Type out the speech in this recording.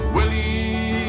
Willie